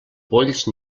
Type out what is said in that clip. polls